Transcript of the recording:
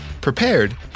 prepared